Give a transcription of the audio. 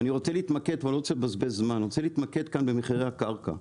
אני רוצה להתמקד כאן במחירי הקרקע,